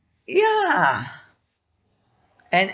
ya and